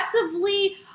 aggressively